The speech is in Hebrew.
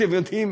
אתם יודעים